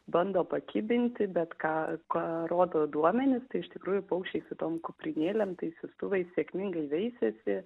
bando pakibinti bet ką ką rodo duomenys tai iš tikrųjų paukščiai su tom kuprinėlėm tais siųstuvais sėkmingai veisiasi